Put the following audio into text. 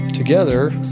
Together